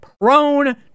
prone